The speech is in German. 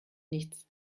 nichts